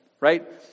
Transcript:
right